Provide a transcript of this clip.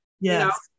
Yes